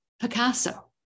Picasso